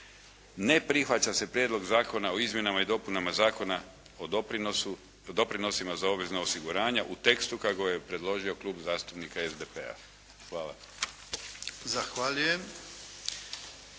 "Ne prihvaća se Prijedlog o izmjenama i dopunama Zakona o doprinosima za obvezna osiguranja u tekstu kako ga je predložio Klub zastupnika SDP-a.". Hvala.